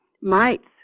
mites